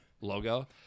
logo